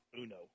uno